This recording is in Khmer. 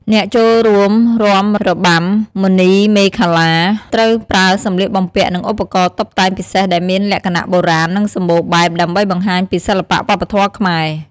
អ្នកចូលរួមរាំរបាំមុនីមាឃលា ត្រូវប្រើសម្លៀកបំពាក់ និងឧបករណ៍តុបតែងពិសេសដែលមានលក្ខណៈបុរាណ និងសម្បូរបែប ដើម្បីបង្ហាញពីសិល្បៈវប្បធម៌ខ្មែរ។